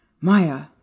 maya